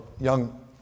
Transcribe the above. young